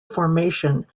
formation